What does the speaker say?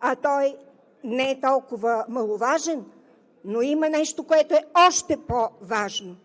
а той не е толкова маловажен. Но има нещо, което е още по-важно